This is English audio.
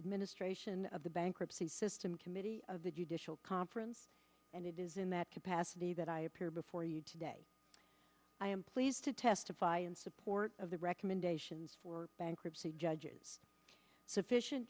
administration of the bankruptcy system committee of the judicial conference and it is in that capacity that i appear before you today i am pleased to testify in support of the recommendations for bankruptcy judges sufficient